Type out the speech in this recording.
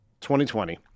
2020